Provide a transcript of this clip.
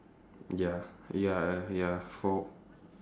ya ya ya four